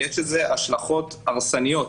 ויש לזה השלכות הרסניות,